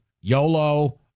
YOLO